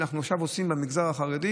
אנחנו עכשיו עושים מבצע במגזר החרדי